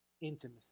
intimacy